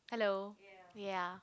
hello ya